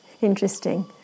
Interesting